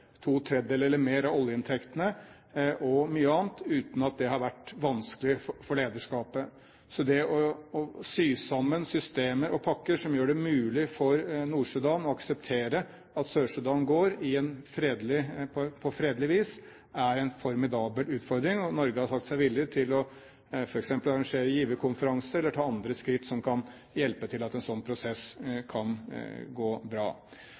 to tredjedeler eller mer av oljeinntektene og mye annet, uten at det har vært vanskelig for lederskapet. Det å sy sammen systemer og pakker som gjør det mulig for Nord-Sudan å akseptere at Sør-Sudan går, på fredelig vis, er en formidabel utfordring, og Norge har sagt seg villig til f.eks. å arrangere giverkonferanser eller ta andre skritt som kan hjelpe til for at en slik prosess kan gå bra.